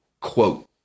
quote